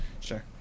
Sure